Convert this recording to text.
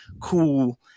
cool